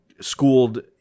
schooled